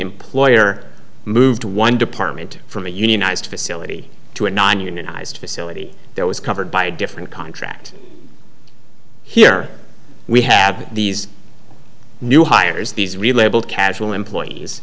employer moved one department from a unionized facility to a non unionized facility there was covered by a different contract here we have these new hires these relabeled casual employees